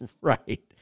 right